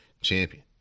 champion